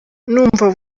numva